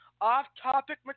off-topic